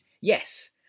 Yes